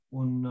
un